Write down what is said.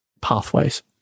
pathways